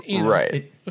Right